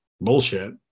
bullshit